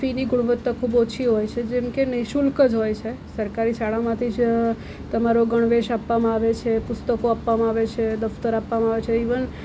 ફીની ગુણવત્તા ખૂબ જ ઓછી હોય છે જેમ કે નિઃશુલ્ક જ હોય છે સરકારી શાળામાં તો જ તમારો ગણવેશ આપવામાં આવે છે પુસ્તકો આપવામાં આવે છે દફ્તરો આપવામાં આવે છે ઈવન